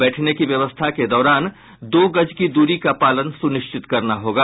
बैठने की व्यवस्था के दौरान दो गज की दूरी का पालन सुनिश्चित करना होगा